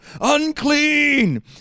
unclean